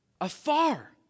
Afar